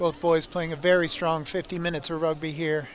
both boys playing a very strong fifty minutes or rugby here